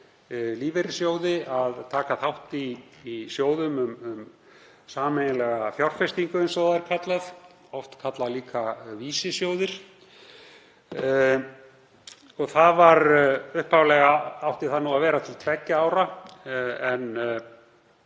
svigrúm til að taka þátt í sjóðum um sameiginlega fjárfestingu, eins og það er kallað, oft kallað líka vísisjóðir. Það átti upphaflega að vera til tveggja ára en